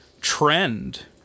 trend